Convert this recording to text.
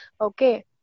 okay